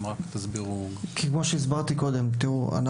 זה כמו שהסברתי קודם, אם